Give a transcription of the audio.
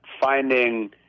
finding